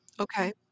Okay